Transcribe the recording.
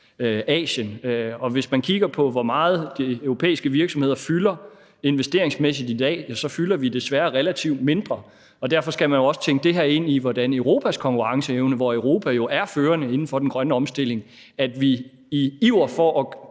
Og hvis man kigger på, hvor meget de europæiske virksomheder fylder investeringsmæssigt i dag, fylder vi desværre relativt mindre, og derfor skal man jo også tænke det her ind i Europas konkurrenceevne – Europa er jo førende inden for den grønne omstilling – så vi i vores